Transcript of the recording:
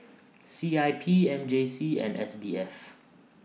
C I P M J C and S B F